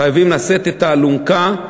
חייבים לשאת את האלונקה,